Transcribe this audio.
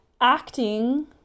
acting